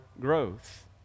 growth